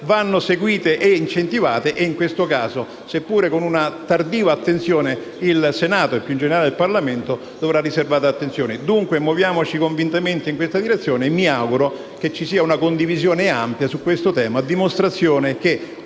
vanno seguite e incentivate e in questo caso, seppure con una tardiva attenzione, il Senato, e in più generale il Parlamento, dovrà riservare loro attenzione. Muoviamoci, dunque, convintamente in questa direzione. Mi auguro che ci sia una condivisione ampia su questo tema, a dimostrazione che